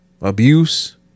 abuse